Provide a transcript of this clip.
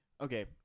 okay